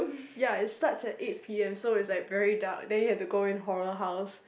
ya it starts at eight P_M so it's like very dark then you have to go in horror house